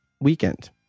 weekend